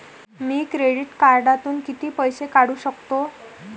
मी credit कार्डातून किती पैसे काढू शकतो?